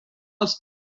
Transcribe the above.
els